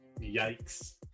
yikes